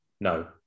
No